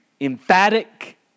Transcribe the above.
emphatic